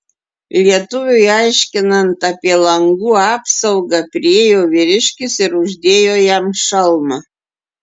lietuviui aiškinant apie langų apsaugą priėjo vyriškis ir uždėjo jam šalmą